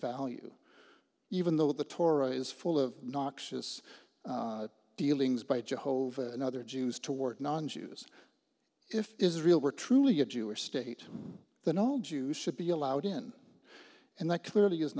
value even though the torah is full of noxious dealings by jehovah and other jews toward non jews if israel were truly a jewish state that all jews should be allowed in and that clearly is